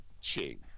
Ching